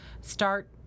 Start